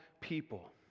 people